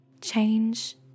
change